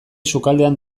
sukaldean